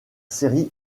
série